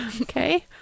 okay